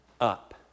up